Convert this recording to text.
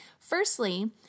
Firstly